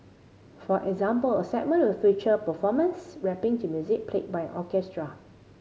for example a segment will feature performers rapping to music played by an orchestra